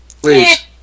Please